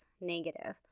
negative